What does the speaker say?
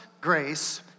grace